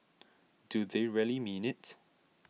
do they really mean it